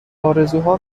آرزوها